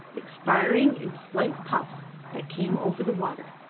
expiring in slight puffs that came over the water.